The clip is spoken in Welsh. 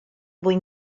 mwyn